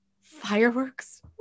Fireworks